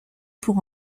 pour